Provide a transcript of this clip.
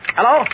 Hello